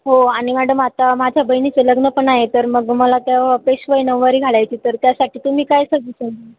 हो आणि मॅडम आता माझ्या बहिणीचं लग्नपण आहे तर मग मला त्या पेशवाई नऊवारी घालायची तर त्यासाठी तुम्ही काय सजेशन